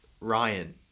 Ryan